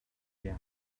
der